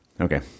Okay